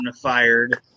fired